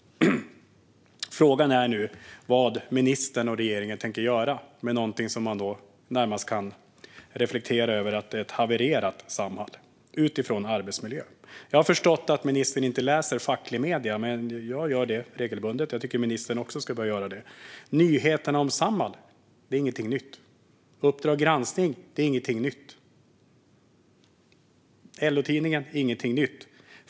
Frågan är nu vad ministern och regeringen tänker göra med någonting som man närmast kan tänka på som ett havererat Samhall utifrån arbetsmiljön. Jag har förstått att ministern inte läser fackliga medier. Jag gör det regelbundet; jag tycker att ministern också ska börja göra det. Nyheterna om Samhall är ingenting nytt. Uppdrag granskning är ingenting nytt. LO-tidningen är ingenting nytt.